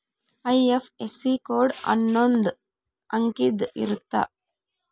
IFSC code ಅನ್ನೊಂದ್ ಅಂಕಿದ್ ಇರುತ್ತ